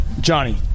Johnny